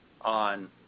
on